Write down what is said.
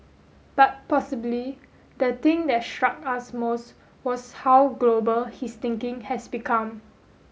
but possibly the thing that struck us most was how global his thinking has become